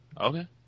Okay